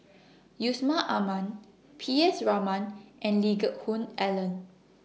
Yusman Aman P S Raman and Lee Geck Hoon Ellen